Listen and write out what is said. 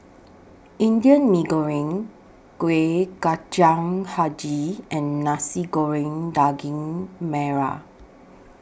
Indian Mee Goreng Kuih Kacang Hijau and Nasi Goreng Daging Merah